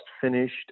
finished